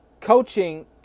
Coaching